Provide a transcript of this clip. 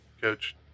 Coach